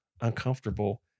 uncomfortable